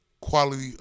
quality